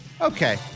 Okay